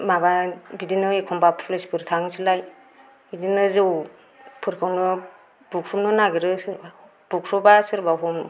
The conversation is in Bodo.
माबा बिदिनो एखनबा पुलिसफोर थांनोसैलाय बिदिनो जौफोरखौनो बुख्रुबनो नागिरो सोरबा बुख्रुबा सोरबा हमो